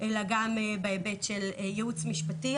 אלא גם בהיבט של ייעוץ משפטי.